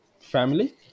family